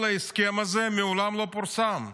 כל ההסכם הזה מעולם לא פורסם.